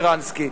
שרנסקי,